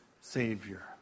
Savior